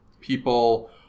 people